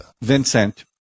Vincent